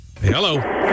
Hello